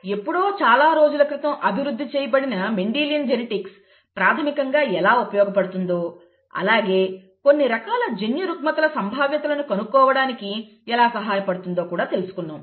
ఎప్పుడో చాలా రోజుల క్రితం అభివృద్ధి చేయబడిన మెండిలియన్ జెనెటిక్స్ ప్రాథమికంగా ఎలా ఉపయోగపడుతుందో అలాగే కొన్ని రకాల జన్యురుగ్మతల సంభావ్యతలను కనుక్కోవడానికి ఎలా సహాయపడుతుందో కూడా తెలుసుకున్నాం